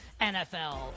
NFL